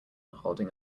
holding